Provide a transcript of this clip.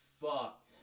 fuck